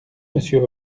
monsieur